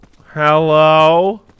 Hello